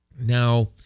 Now